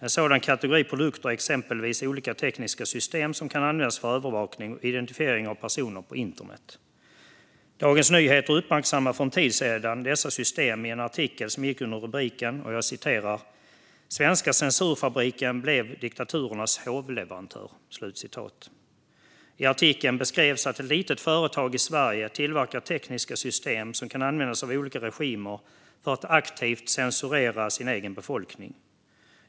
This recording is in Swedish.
En sådan kategori produkter är exempelvis olika tekniska system som kan användas för övervakning och identifiering av personer på internet. Dagens Nyheter uppmärksammade för en tid sedan dessa system i en artikel med rubriken Svenska censurfabriken blev diktaturernas hovleverantör. I artikeln beskrevs att ett litet företag i Sverige tillverkar tekniska system som kan användas av olika regimer för att aktivt censurera den egna befolkningen.